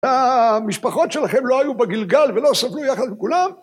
המשפחות שלכם לא היו בגלגל ולא סבלו יחד עם כולם?